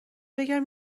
بگم